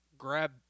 grab